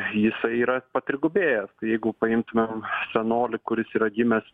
jisai yra patrigubėjęs tai jeigu paimtumėm senolį kuris yra gimęs